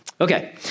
Okay